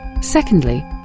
Secondly